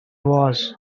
was